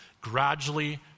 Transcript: gradually